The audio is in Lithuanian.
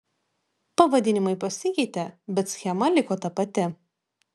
pavadinimai pasikeitė bet schema liko ta pati